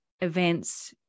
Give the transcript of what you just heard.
events